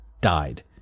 died